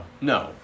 no